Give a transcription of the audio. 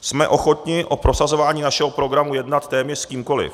Jsme ochotni o prosazování našeho programu jednat téměř s kýmkoliv.